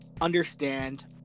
Understand